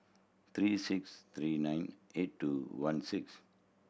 three six three nine eight two one six